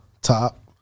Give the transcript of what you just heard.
Top